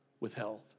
withheld